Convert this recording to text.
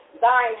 thine